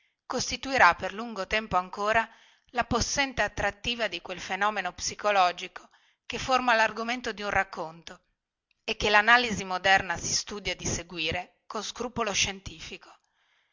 costituirà per lungo tempo ancora la possente attrattiva di quel fenomeno psicologico che forma largomento di un racconto e che lanalisi moderna si studia di seguire con scrupolo scientifico